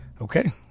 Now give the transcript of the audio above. Okay